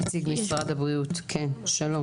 כן, שלום.